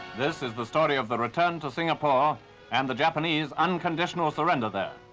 this is the story of the return to singapore and the japanese unconditional surrender there.